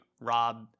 rob